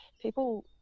people